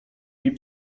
jej